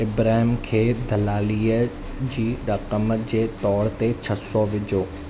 इब्राहिम खे दलालीअ जी रक़म जे तोर ते छह सौ विझो